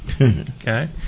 Okay